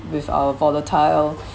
with our volatile